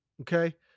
okay